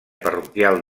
parroquial